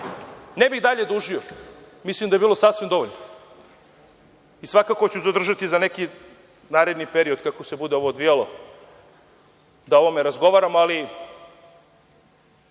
bih dalje dužio. Mislim da je bilo sasvim dovoljno. Svakako ću zadržati za neki naredni period kako se bude ovo odvijalo da o ovome razgovaramo, ali